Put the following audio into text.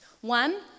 One